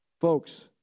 Folks